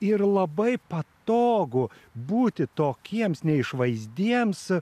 yra labai patogu būti tokiems neišvaizdiems